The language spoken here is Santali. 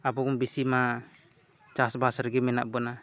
ᱟᱵᱚ ᱵᱚᱱ ᱵᱮᱥᱤ ᱢᱟ ᱪᱟᱥᱵᱟᱥ ᱨᱮᱜᱮ ᱢᱮᱱᱟᱜ ᱵᱚᱱᱟ